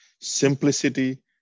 simplicity